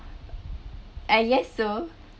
I guess so